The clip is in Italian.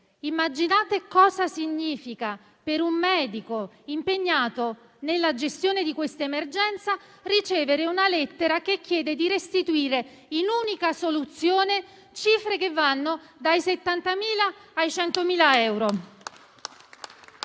Immaginate cosa significa per un medico impegnato nella gestione di questa emergenza ricevere una lettera che chiede di restituire in unica soluzione cifre che vanno dai 70.000 ai 100.000 euro